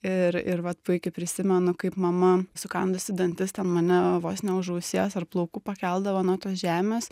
ir ir vat puikiai prisimenu kaip mama sukandusi dantis ten mane vos ne už ausies ar plaukų pakeldavo nuo tos žemės